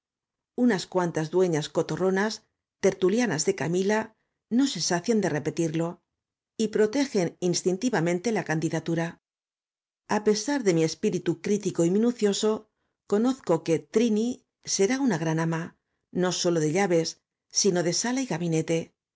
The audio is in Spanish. unas cuantas dueñas cotorronas tertulianas de camila no se sacian de repetirlo y protegen instintivamente la candidatura a pesar de mi espíritu crítico y minucioso conozco que trini será una gran ama no sólo de llaves sino de sala y gabinete